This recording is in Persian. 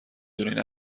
دونین